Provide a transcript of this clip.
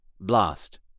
blast